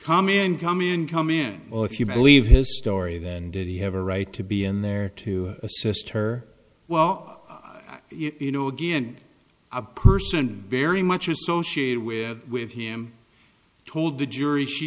come in come in come in or if you believe his story then did he have a right to be in there to assist her well you know again a person very much associated with with him told the jury she